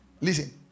Listen